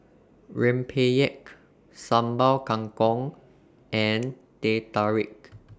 Rempeyek Sambal Kangkong and Teh Tarik